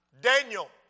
Daniel